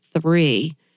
three